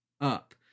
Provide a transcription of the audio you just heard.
up